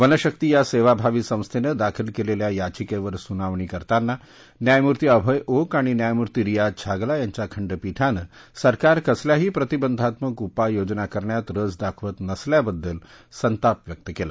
वनशक्ती या सेवाभावी संस्थेनं दाखल केलेल्या याचिकेवर सुनावणी करताना न्यायमूर्ती अभय ओक आणि न्यायमूती रियाझ छागला यांच्या खंडपीठानं सरकार कसल्याही प्रतिबंधात्मक उपाय योजना करण्यात रस दाखवत नसल्याबद्दल संताप व्यक्त केला